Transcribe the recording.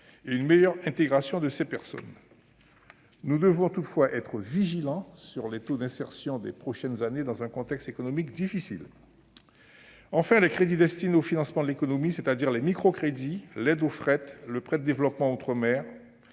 et une meilleure intégration de ces personnes. Nous devrons toutefois être vigilants sur les taux d'insertion qui seront enregistrés ces prochaines années, dans un contexte économique difficile. Enfin, les crédits destinés au financement de l'économie, c'est-à-dire les microcrédits, l'aide au fret et le prêt de développement outre-mer,